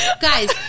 guys